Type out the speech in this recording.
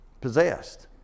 possessed